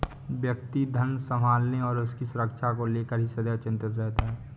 व्यक्ति धन संभालने और उसकी सुरक्षा को लेकर ही सदैव चिंतित रहता है